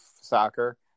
soccer